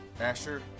Asher